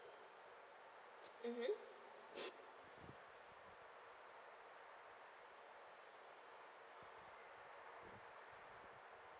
mmhmm